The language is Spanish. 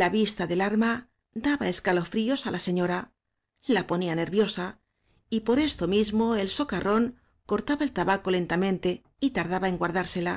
la vista del arma daba escalofríos á la se ñora la ponía nerviosa y por esto mismo el socarrón cortaba el tabaco lentamente y tarda ba en guardársela